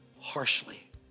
harshly